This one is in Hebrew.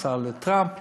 נסע לטראמפ,